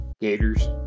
Gators